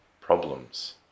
problems